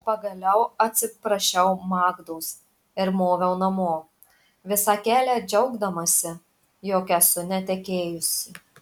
pagaliau atsiprašiau magdos ir moviau namo visą kelią džiaugdamasi jog esu netekėjusi